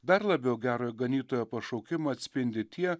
dar labiau gerojo ganytojo pašaukimą atspindi tie